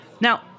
Now